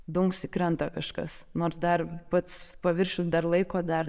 dunksi krenta kažkas nors dar pats paviršius dar laiko dar